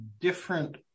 different